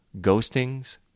ghostings